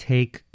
Take